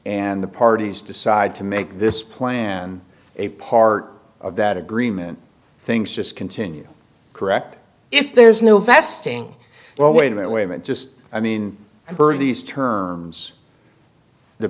and the parties decide to make this plan a part of that agreement things just continue correct if there's no vesting well wait a minute wait just i mean i've heard these terms the